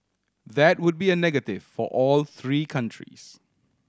that would be a negative for all three countries